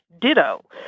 ditto